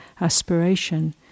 aspiration